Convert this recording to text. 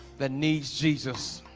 that needs jesus